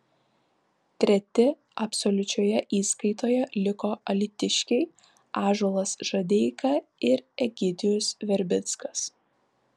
treti absoliučioje įskaitoje liko alytiškiai ąžuolas žadeika ir egidijus verbickas